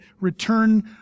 return